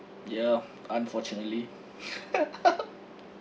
ya unfortunately